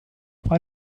why